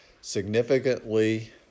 significantly